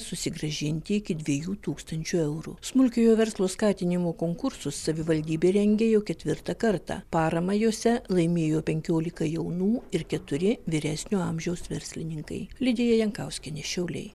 susigrąžinti iki dviejų tūkstančių eurų smulkiojo verslo skatinimo konkursus savivaldybė rengia jau ketvirtą kartą paramą juose laimėjo penkiolika jaunų ir keturi vyresnio amžiaus verslininkai lidija jankauskienė šiauliai